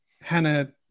hannah